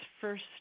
first